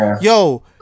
yo